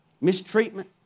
mistreatment